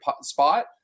spot